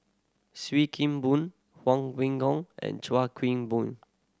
Sim Kee Boon Huang Wengong and Chua Queen Boom